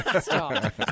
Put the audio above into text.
stop